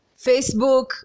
Facebook